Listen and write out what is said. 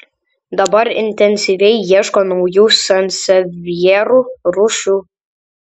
dabar intensyviai ieško naujų sansevjerų rūšių